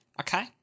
okay